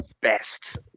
best